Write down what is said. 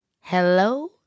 Hello